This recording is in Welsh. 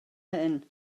hyn